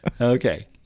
Okay